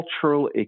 cultural